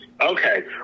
Okay